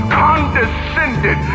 condescended